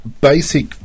Basic